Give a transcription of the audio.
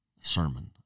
sermon